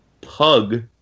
pug